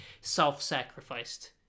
self-sacrificed